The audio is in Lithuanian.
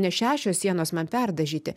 ne šešios sienos man perdažyti